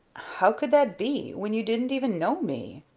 how could that be, when you didn't even know me?